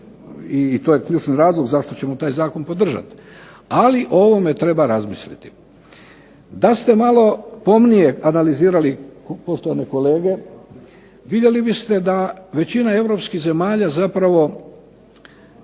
i to je ključni razlog zašto ćemo taj zakon podržati. Ali o ovome treba razmisliti. Da ste malo pomnije analizirali poštovane kolege, vidjeli biste da većina europskih zemalja zapravo